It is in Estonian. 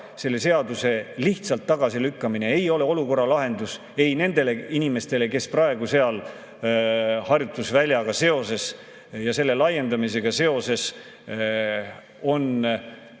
Selle seaduse lihtsalt tagasilükkamine ei ole olukorra lahendus ei nendele inimestele, kes praegu seal harjutusväljaga seoses ja selle laiendamisega seoses on nendest